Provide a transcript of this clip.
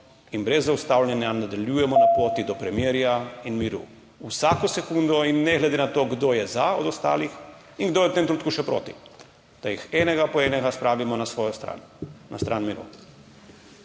in brez zaustavljanja nadaljujemo na poti / znak za konec razprave/ do premirja in miru. Vsako sekundo in ne glede na to, kdo je za od ostalih in kdo je v tem trenutku še proti, da jih enega po enega spravimo na svojo stran, na stran miru.